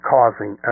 causing